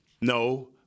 No